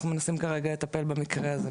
אנחנו מנסים כרגע לטפל במקרה הזה.